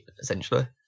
essentially